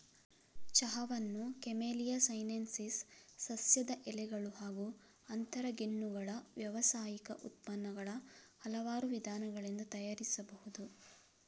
ಚಹಾವನ್ನು camellia sinensis ಸಸ್ಯದ ಎಲೆಗಳು ಹಾಗೂ ಅಂತರಗೆಣ್ಣುಗಳ ವ್ಯಾವಸಾಯಿಕ ಉತ್ಪನ್ನಗಳ ಹಲವಾರು ವಿಧಾನಗಳಿಂದ ತಯಾರಿಸಬಹುದು